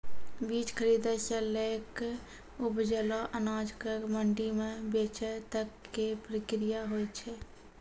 बीज खरीदै सॅ लैक उपजलो अनाज कॅ मंडी म बेचै तक के प्रक्रिया हौय छै